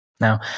Now